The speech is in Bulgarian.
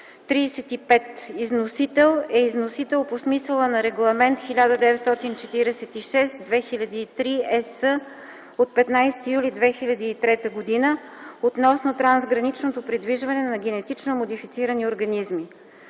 35. „Износител” е износител по смисъла на Регламент 1946/2003/ЕС от 15 юли 2003 г. относно трансграничното придвижване на генетично модифицирани организми;